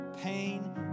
pain